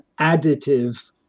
additive